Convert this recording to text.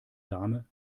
dame